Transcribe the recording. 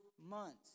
months